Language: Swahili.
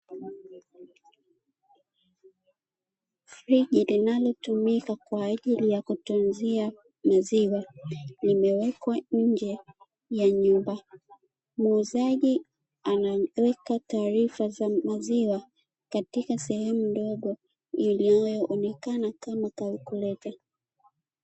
Friji linalotumika kwa ajili ya kutunzia maziwa. limewekwa nje ya nyumba. Muuzaji ananiweka taarifa za mizigo katika sehemu ndogo iliyoonekana kama "calculator".